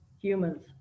humans